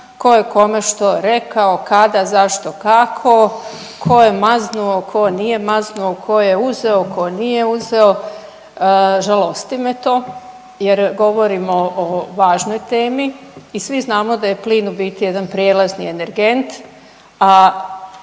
tko je kome što rekao, kada, zašto, kako, tko je maznuo, tko nije maznuo, tko je uzeo, tko nije uzeo. Žalosti me to jer govorimo o važnoj temi i svi znamo da plin u biti jedan prijelazni energent,